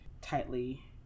tightly